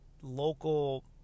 local